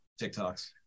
TikToks